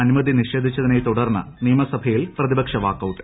അനുമതി നിഷേധിച്ചുതിനെ തുടർന്ന് നിയമസഭയിൽ പ്രതിപക്ഷ വാക്കൌട്ട്